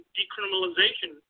decriminalization